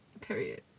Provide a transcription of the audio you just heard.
Period